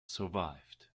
survived